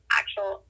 actual